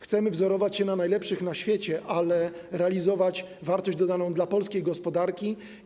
Chcemy wzorować się na najlepszych na świecie, ale realizować wartość dodaną dla polskiej gospodarki.